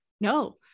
No